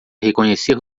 reconhecer